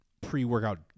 pre-workout